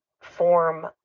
form